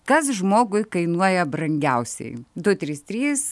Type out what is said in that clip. kas žmogui kainuoja brangiausiai du trys trys